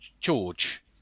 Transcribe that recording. George